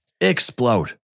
explode